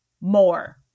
more